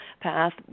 path